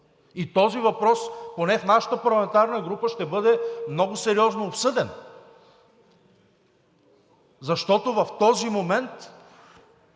И този въпрос, поне в нашата парламентарна група, ще бъде много сериозно обсъден. Защото в този момент